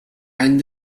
any